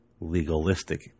legalistic